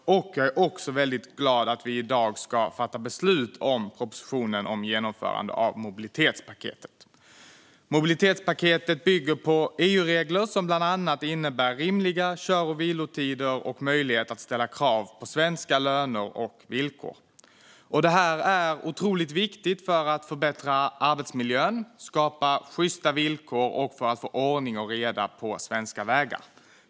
Jag är också väldigt glad att vi i dag ska fatta beslut om propositionen Genomförande av mobilitetspaketet . Mobilitetspaketet bygger på EU-regler om bland annat rimliga kör och vilotider och möjlighet att ställa krav på svenska löner och villkor. Det är otroligt viktigt för att förbättra arbetsmiljön, skapa sjysta villkor och få ordning och reda på svenska vägar.